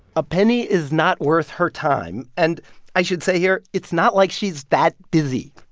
a penny is not worth her time. and i should say here, it's not like she's that busy.